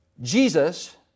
Jesus